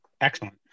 Excellent